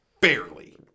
Barely